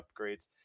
upgrades